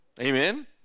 Amen